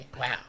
Wow